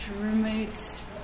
roommate's